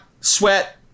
sweat